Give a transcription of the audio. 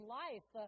life